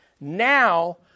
now